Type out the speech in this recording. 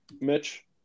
Mitch